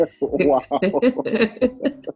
wow